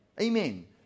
Amen